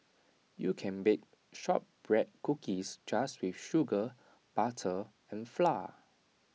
you can bake Shortbread Cookies just with sugar butter and flour